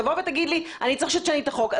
תבוא ותגיד לי שאתה צריך שאני אשנה את החוק,